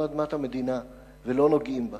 זו אדמת המדינה, ולא פוגעים בה.